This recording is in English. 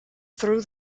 through